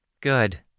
Good